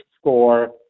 score